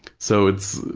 so, it's,